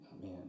man